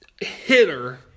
hitter